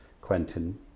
Quentin